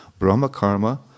brahmakarma